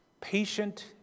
patient